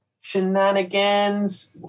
shenanigans